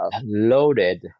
loaded